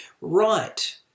right